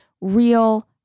Real